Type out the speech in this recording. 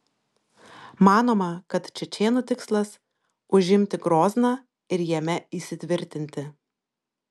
manoma kad čečėnų tikslas užimti grozną ir jame įsitvirtinti